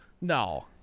No